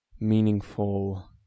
meaningful